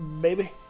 baby